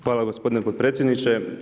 Hvala gospodine potpredsjedniče.